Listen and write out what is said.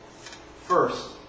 First